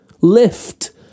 Lift